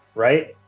right?